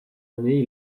années